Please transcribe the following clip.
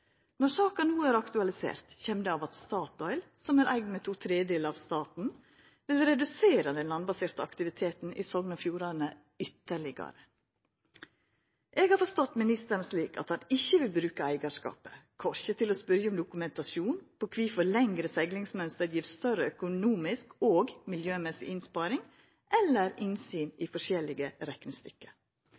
Når saka no er aktualisert, kjem det av at Statoil, som er eigd med to tredelar av staten, vil redusera den landbaserte aktiviteten i Sogn og Fjordane ytterlegare. Eg har forstått ministeren slik at han ikkje vil bruka eigarskapet korkje til å spørja om dokumentasjon på kvifor lengre seglingsmønster gjev større økonomisk og miljømessig innsparing, eller til innsyn i forskjellige reknestykke.